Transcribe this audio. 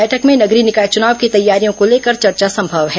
बैठक में नगरीय निकाय चुनाव की तैयारियों को लेकर चर्चा संभव है